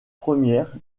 première